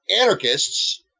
anarchists